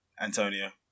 Antonio